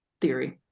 theory